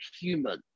human